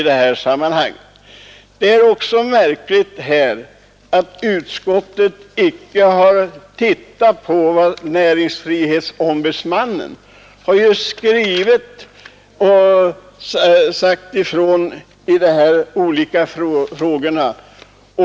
Det är också märkligt att utskottet inte har tagit hänsyn till vad näringsfrihetsombudsmannen skrivit i de här olika frågorna.